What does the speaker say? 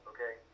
Okay